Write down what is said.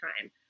time